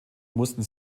mussten